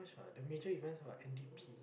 but the major events are like N_D_P